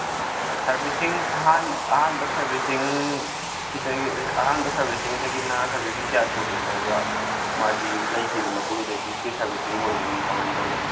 servicing ꯑꯍꯥꯟ ꯑꯍꯥꯟꯕ ꯁꯔꯚꯤꯁꯤꯡꯁꯤꯗꯩ ꯑꯍꯥꯟꯕ ꯁꯔꯚꯤꯁꯤꯡꯗꯒꯤꯅ ꯁꯔꯚꯤꯁꯤꯡ ꯀꯌꯥ ꯁꯨꯕ ꯐꯥꯎꯕ ꯃꯥꯒꯤ ꯂꯩꯈꯤꯕ ꯃꯇꯨꯡꯗꯒꯤ ꯐ꯭ꯔꯤ ꯁꯔꯚꯤꯁꯤꯡ ꯑꯣꯏꯒꯅꯤ ꯀꯃꯥꯏꯅ ꯇꯧꯒꯅꯤ